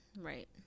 Right